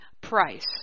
price